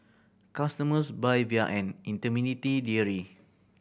customers buy via an